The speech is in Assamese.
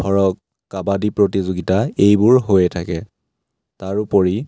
ধৰক কাবাডী প্ৰতিযোগিতা এইবোৰ হৈয়ে থাকে তাৰোপৰি